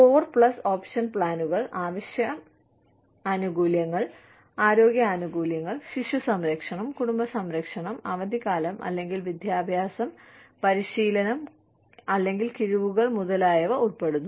core പ്ലസ് ഓപ്ഷൻ പ്ലാനുകളിൽ അവശ്യ ആനുകൂല്യങ്ങൾ ആരോഗ്യ ആനുകൂല്യങ്ങൾ ശിശു സംരക്ഷണം കുടുംബ സംരക്ഷണം അവധിക്കാലം അല്ലെങ്കിൽ വിദ്യാഭ്യാസം അല്ലെങ്കിൽ പരിശീലനം അല്ലെങ്കിൽ കിഴിവുകൾ മുതലായവ ഉൾപ്പെടുന്നു